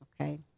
okay